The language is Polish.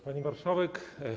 Pani Marszałek!